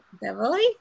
Beverly